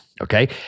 Okay